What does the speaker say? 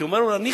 הייתי אומר ניחא,